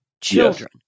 children